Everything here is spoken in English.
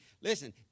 Listen